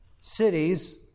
cities